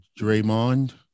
Draymond